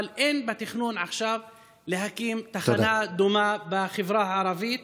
אבל אין בתכנון עכשיו להקים תחנה דומה בחברה הערבית.